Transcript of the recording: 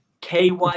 KY